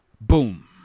boom